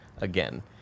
again